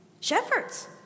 Shepherds